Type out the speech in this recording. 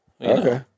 Okay